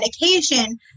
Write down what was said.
medication